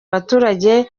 abaturage